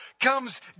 comes